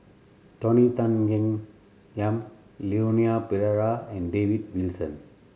Tony Tan Keng Yam Leon Perera and David Wilson